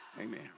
Amen